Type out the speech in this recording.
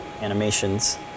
animations